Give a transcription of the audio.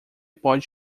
pode